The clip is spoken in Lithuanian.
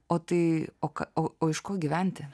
o tai o ką o iš ko gyventi